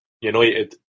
United